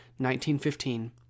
1915